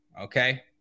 okay